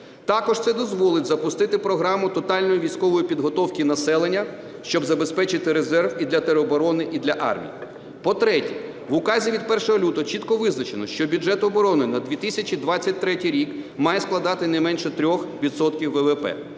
Також це дозволить запустити програму тотальної військової підготовки населення, щоб забезпечити резерв і для тероборони, і для армії. По-третє, в Указі від 1 лютого чітко визначено, що бюджет оборони на 2023 рік має складати не менше 3